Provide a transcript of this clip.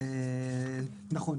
נכון.